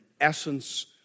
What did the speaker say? essence